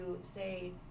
say